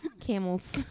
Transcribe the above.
Camels